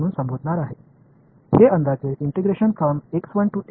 எனவே இது என்ற தோராயமாகும்